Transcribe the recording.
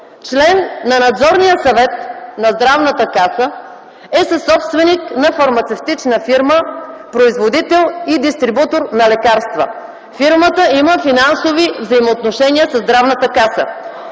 член на Надзорния съвет на Здравната каса е съсобственик на фармацевтична фирма, производител и дистрибутор на лекарства. Фирмата има финансови взаимоотношения със Здравната каса.